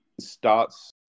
starts